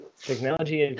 Technology